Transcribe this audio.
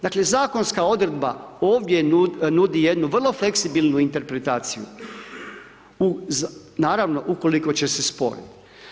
Dakle, zakonska odredba ovdje nudi jednu vrlo fleksibilnu interpretaciju, naravno, ukoliko će se sporit.